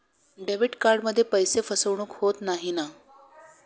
Debit कार्डमध्ये पैसे फसवणूक होत नाही ना?